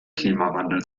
klimawandel